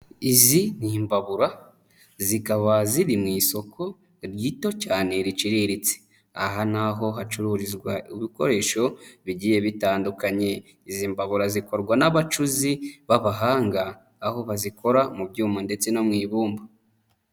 Izi ni imbabura zikaba ziri mu isoko rito cyane riciriritse, aha ni aho hacururizwa ibikoresho bigiye bitandukanye, izi mbabura zikorwa n'abacuzi b'abahanga, aho bazikora mu byuma ndetse no mu ibumba.